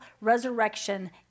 resurrection